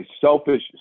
selfish